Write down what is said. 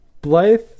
Blythe